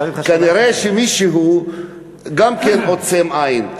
שאלתי אותך שאלה, כנראה מישהו גם כן עוצם עין.